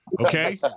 Okay